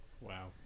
Wow